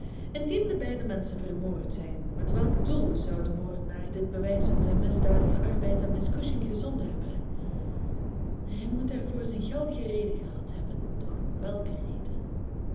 de beide menschen vermoord zijn met welk doel zou de moordenaar dit bewijs van zijn misdadigen arbeid aan miss cushing gezonden hebben hij moet daarvoor zijn geldige reden gehad hebben doch welke reden